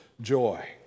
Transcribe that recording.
joy